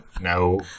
No